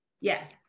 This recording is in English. Yes